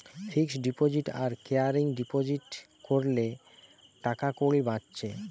fixed deposit আর recurring deposit কোরলে টাকাকড়ি বাঁচছে